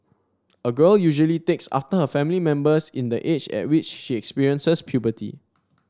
a girl usually takes after her family members in the age at which she experiences puberty